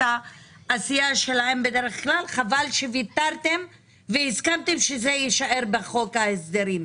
העשייה שלהן - שוויתרתן והסכמתן שזה יישאר בחוק ההסדרים.